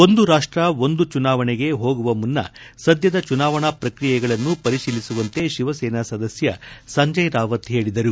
ಒಂದು ರಾಷ್ಟ ಒಂದು ಚುನಾವಣೆಗೆ ಹೋಗುವ ಮುನ್ನ ಸದ್ಯದ ಚುನಾವಣಾ ಪ್ರಕ್ರಿಯೆಗಳನ್ನು ಪರಿಶೀಲಿಸುವಂತೆ ಶಿವಸೇನಾ ಸದಸ್ಯ ಸಂಜಯ್ ರಾವತ್ ಹೇಳಿದರು